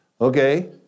Okay